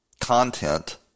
content